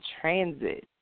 transit